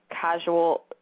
casual